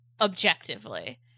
objectively